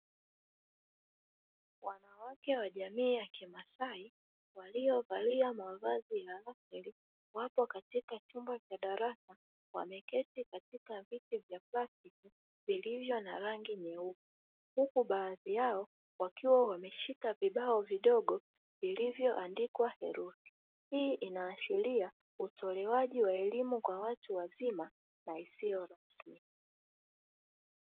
Wanawake wa jamii ya kimasai waliovalia mavazi ya asili wapo katika chumba cha darasa wameketi katika viti vya plastiki vilivyo na rangi nyeupe, huku baadhi yao wakiwa wameshika vibao vidogo vilivyoandikwa herufi, hii inaashiria utolewaji wa elimu kwa watu wazima na isiyo rasmi.